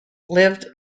lived